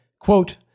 quote